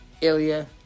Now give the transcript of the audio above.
Ilya